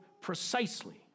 precisely